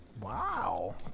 Wow